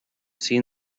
seen